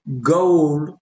Gold